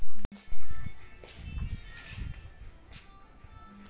केकड़ा lobster crayfish shrimp krill prawns crustacean है